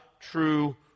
true